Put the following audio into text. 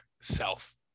self